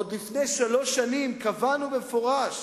עוד לפני שלוש שנים קבענו במפורש